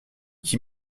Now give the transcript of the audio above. qui